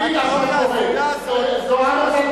זוארץ,